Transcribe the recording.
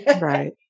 right